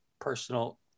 personal